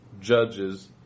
judges